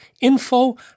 info